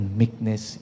meekness